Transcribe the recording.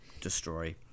destroy